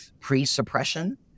pre-suppression